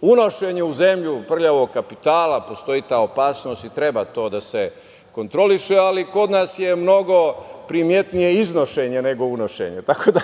unošenje u zemlju prljavog kapitala. Postoji ta opasnost i treba to da se kontroliše, ali kod nas je mnogo primetnije iznošenje neko unošenje. Tako da,